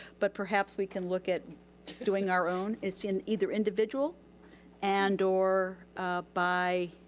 but perhaps we can look at doing our own. it's in either individual and or by